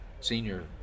senior